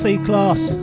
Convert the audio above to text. C-class